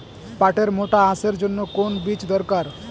পাটের মোটা আঁশের জন্য কোন বীজ দরকার?